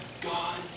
God